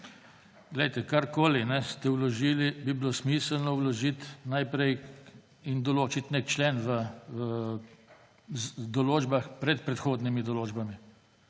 TANKO: Karkoli ste vložili, bi bilo smiselno vložiti najprej in določiti nek člen v določbah pred predhodnimi določbami.